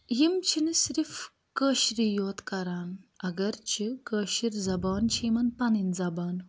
یِم چھِنہٕ صرف کٲشرِ یوت کَران اگر چھِ کٲشِر زبان چھِ یِمَن پَنٕنۍ زَبان